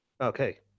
Okay